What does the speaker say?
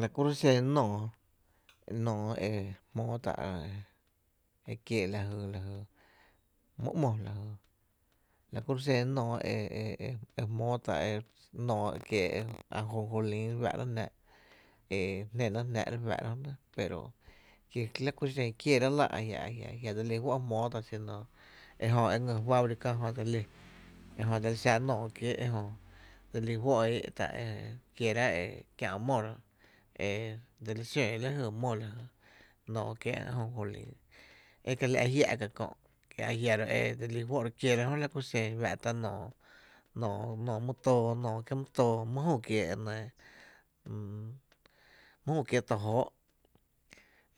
La kuro’ xen nóoó, nóoó e jmóó tá’ ekiee’ lajy, lajy my ‘mo lajy la kuro’ xen nóoó e e e ejmóó tá nóoó ekiee’ ajonjolí fáá’rá’ jnáá e jné náá’ jnáá’ e re fáá’ra jö nɇ, ki la ku xen kieerá’ la, a jia’. Ajia’ dse lí fó’ jmóo tá’ ejö e ngy fábrica ba jö e dse lí ejö dsel xa nóoó kiéé’ e jö dse lí fó’ e éé’tá’ e e kieráá’ e dsel xóó la jy mó lajy nóoó kiéé’ ajonjolí e kiela’ jia’ ka kö’ a jiaro’ dse lí juó’ re kiera jö la ku xen e fá’ta’ nóoó nóoó my tóó, nóoó kiee’ my tóó my jü kiee’ enɇɇ, my jü kiee’ to jóó’